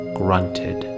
grunted